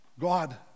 God